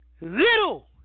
little